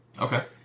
Okay